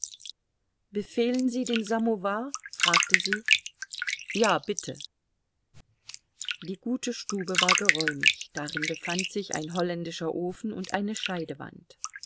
befehlen sie den samowar fragte sie ja bitte die gute stube war geräumig darin befand sich ein holländischer ofen und eine